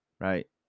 right